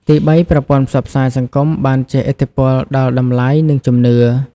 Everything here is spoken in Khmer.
ទីបី ប្រព័ន្ធផ្សព្វផ្សាយសង្គមបានជះឥទ្ធិពលដល់តម្លៃ និងជំនឿ។